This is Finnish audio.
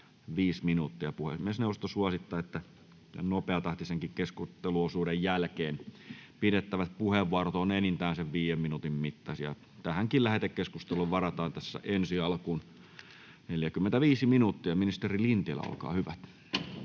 minuuttia. Puhemiesneuvosto suosittaa, että nopeatahtisen keskusteluosuuden jälkeenkin pidettävät puheenvuorot ovat enintään viiden minuutin mittaisia. Lähetekeskusteluun varataan ensi alkuun 45 minuuttia. — Ministeri Lintilä, olkaa hyvä.